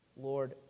Lord